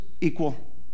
equal